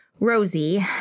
Rosie